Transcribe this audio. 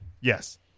Yes